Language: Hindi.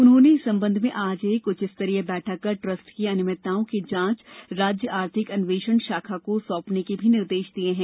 उन्होंने इस संबंध में आज एक उच्च स्तरीय बैठक कर ट्रस्ट की अनियमिततियों की जांच राज्य आर्थिक अन्वेशण शाखा को सौंपने को भी निर्देश दिये हैं